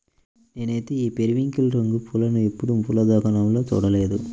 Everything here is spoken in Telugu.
నేనైతే ఈ పెరివింకిల్ రంగు పూలను ఎప్పుడు పూల దుకాణాల్లో చూడలేదు